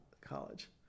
college